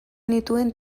nituen